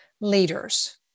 leaders